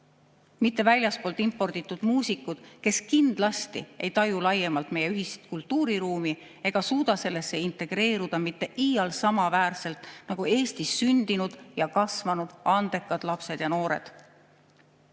mitte väljastpoolt imporditud muusikud, kes kindlasti ei taju laiemalt meie kultuuriruumi ega suuda mitte iial sellesse integreeruda samaväärselt nagu Eestis sündinud ja kasvanud andekad lapsed ja noored.